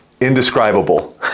indescribable